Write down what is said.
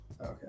Okay